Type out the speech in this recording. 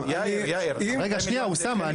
רגע --- רגע שנייה אוסאמה,